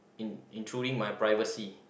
in intruding my privacy